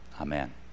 Amen